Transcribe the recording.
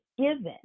given